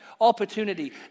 opportunity